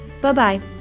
Bye-bye